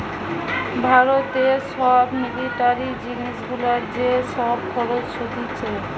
ভারতে সব মিলিটারি জিনিস গুলার যে সব খরচ হতিছে